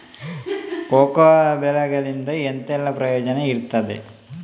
Cocoa ಬೆಳೆಗಳಿಂದ ಎಂತೆಲ್ಲ ಪ್ರಯೋಜನ ಇರ್ತದೆ?